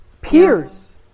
Peers